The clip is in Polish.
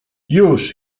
już